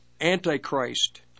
Antichrist